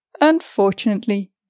Unfortunately